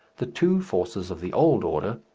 the two forces of the old order,